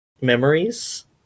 Memories